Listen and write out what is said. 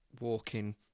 walking